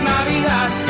Navidad